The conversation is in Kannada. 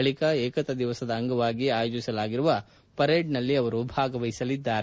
ಬಳಿಕ ಏಕತಾ ದಿವಸದ ಅಂಗವಾಗಿ ಆಯೋಜಿಸಲಾಗುವ ಪರೇಡ್ನಲ್ಲಿ ಅವರು ಭಾಗವಹಿಸಲಿದ್ದಾರೆ